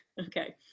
Okay